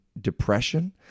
depression